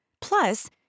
Plus